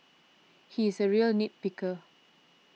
he is a real nit picker